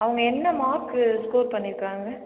அவங்க என்ன mark score பண்ணியிருக்குறாங்க